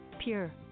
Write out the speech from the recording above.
Pure